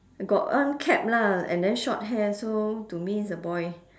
got one cap lah and then short hair so to me it's a boy